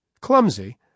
clumsy